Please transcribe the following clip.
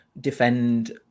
defend